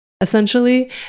essentially